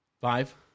Five